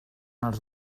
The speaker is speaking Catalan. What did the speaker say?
els